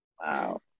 Wow